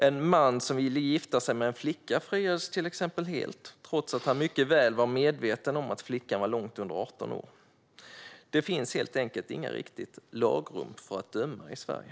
En man som ville gifta sig med en flicka friades till exempel helt, trots att han var mycket väl medveten om att flickan var långt under 18 år. Det finns helt enkelt inget riktigt lagrum för att döma i Sverige.